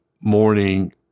morning